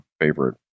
favorite